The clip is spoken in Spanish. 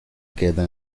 queda